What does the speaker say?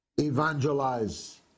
evangelize